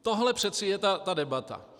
Tohle přece je ta debata.